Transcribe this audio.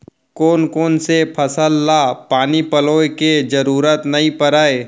कोन कोन से फसल ला पानी पलोय के जरूरत नई परय?